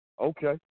Okay